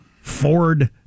Ford